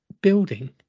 building